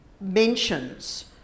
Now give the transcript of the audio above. mentions